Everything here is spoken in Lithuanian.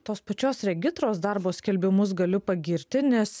tos pačios regitros darbo skelbimus galiu pagirti nes